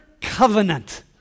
covenant